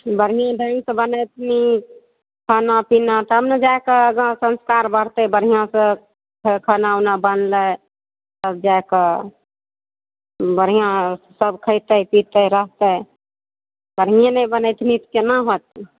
बढ़िएँ बनेथिन खाना पीना तब ने जाए कऽ आगाँ अपन संस्कार बढ़तै बढ़िआँ सँ हे खाना ओना बनलै जाए कऽ बढ़िआँ सब खयतै पीतै रहतै बढ़िएँ नै बनेथिनी तऽ केना होतै